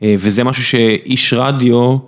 וזה משהו שאיש רדיו.